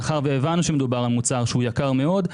מאחר והבנו שמדובר על מוצר שהוא יקר מאוד.